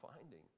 finding